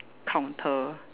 counter